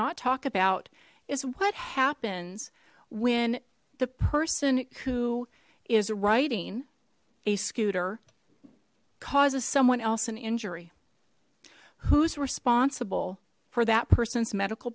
not talk about is what happens when the person who is writing a scooter causes someone else in injury who's responsible for that person's medical